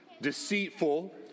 deceitful